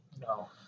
No